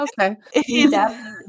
okay